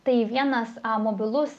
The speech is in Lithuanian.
tai vienas mobilus